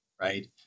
right